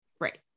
Right